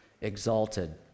exalted